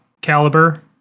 caliber